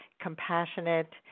compassionate